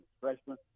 freshman